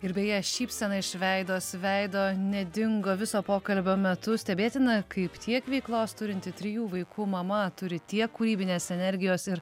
ir beje šypsena iš vaidos veido nedingo viso pokalbio metu stebėtina kaip tiek veiklos turinti trijų vaikų mama turi tiek kūrybinės energijos ir